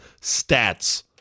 stats